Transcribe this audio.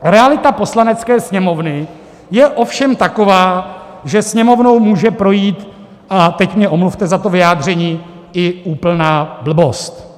Realita Poslanecké sněmovny je ovšem taková, že Sněmovnou může projít a teď mě omluvte za to vyjádření i úplná blbost.